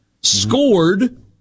scored